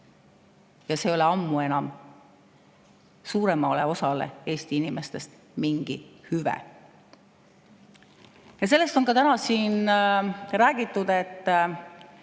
ja see ei ole ammu enam suuremale osale Eesti inimestest mingi hüve. Sellest on ka täna siin räägitud, et